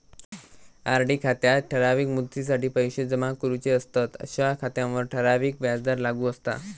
RD खात्यात ठराविक मुदतीसाठी पैशे जमा करूचे असतंत अशा खात्यांवर ठराविक व्याजदर लागू असता